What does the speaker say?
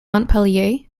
montpellier